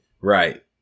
Right